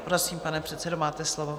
Prosím, pane předsedo, máte slovo.